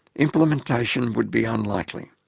implementation would be unlikely.